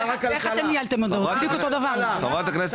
שר הכלכלה